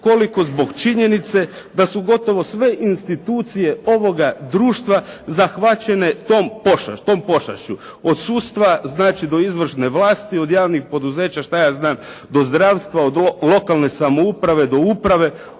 koliko zbog činjenice da su gotovo sve institucije ovoga društva zahvaćene tom pošašću. Od sudstva znači do izvršne vlasti, od javnih poduzeća šta ja znam do zdravstva, od lokalne samouprave do uprave,